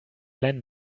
gleich